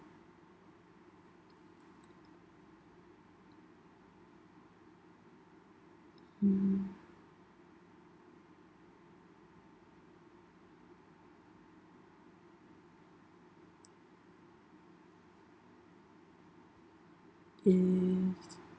mm yes